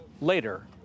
later